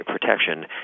protection